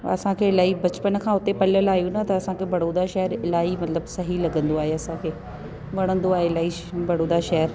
त असांखे इलाही बचपन खां उते पलियल आहियूं न त असांखे बड़ौदा शहर इलाही मतिलबु सही लॻंदो आहे असांखे वणंदो आहे इलाही बड़ौदा शहर